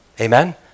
Amen